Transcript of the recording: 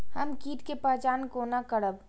हम कीट के पहचान कोना करब?